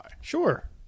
Sure